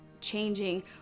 changing